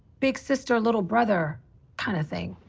big sister, little brother kind of thing.